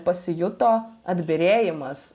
pasijuto atbyrėjimas